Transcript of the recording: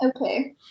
Okay